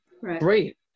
Great